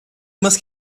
must